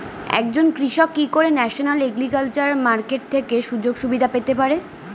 একজন কৃষক কি করে ন্যাশনাল এগ্রিকালচার মার্কেট থেকে সুযোগ সুবিধা পেতে পারে?